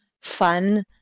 fun